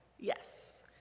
yes